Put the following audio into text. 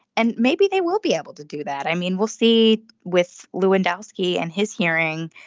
and maybe they will be able to do that. i mean we'll see with lewandowski and his hearing.